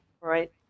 right